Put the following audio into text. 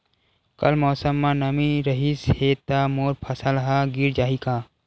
कल मौसम म नमी रहिस हे त मोर फसल ह गिर जाही का?